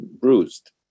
bruised